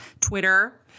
Twitter